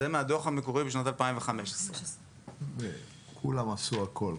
זה מהדוח המקורי בשנת 2015. כולם עשו הכול.